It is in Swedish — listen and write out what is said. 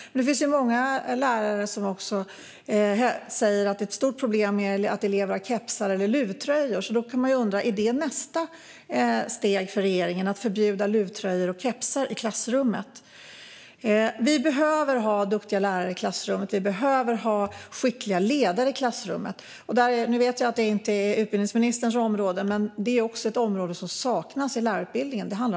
Det finns ju många lärare som också säger att det är ett stort problem att elever har på sig kepsar eller luvtröjor. Då kan man undra om det är nästa steg för regeringen att förbjuda luvtröjor och kepsar i klassrummet. Vi behöver ha duktiga lärare i klassrummet. Vi behöver ha skickliga ledare i klassrummet. Nu vet jag att det inte är utbildningsministerns område, men ledarskap saknas i lärarutbildningen.